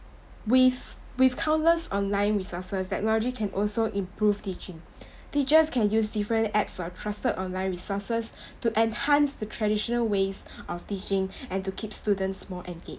with with countless online resources technology can also improve teaching teachers can use different apps or trusted online resources to enhance the traditional ways of teaching and to keep students more enga~